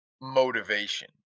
motivation